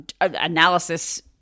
analysis